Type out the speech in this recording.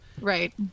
right